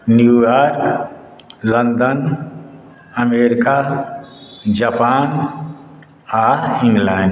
New York London America Japan आ England